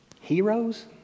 heroes